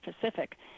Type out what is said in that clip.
Pacific